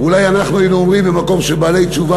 אולי אנחנו היינו אומרים: במקום שבעלי תשובה